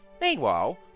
Meanwhile